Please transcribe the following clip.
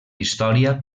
història